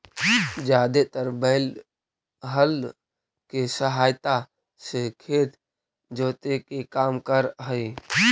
जादेतर बैल हल केसहायता से खेत जोते के काम कर हई